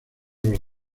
los